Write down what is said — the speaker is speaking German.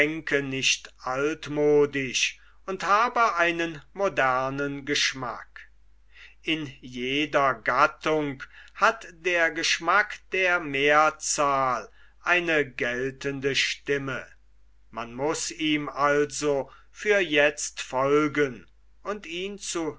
nicht altmodisch und habe einen modernen geschmack in jeder gattung hat der geschmack der mehrzahl eine geltende stimme man muß ihm also für jetzt folgen und ihn zu